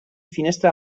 finestra